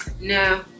no